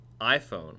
iPhone